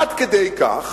עד כדי כך,